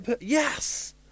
Yes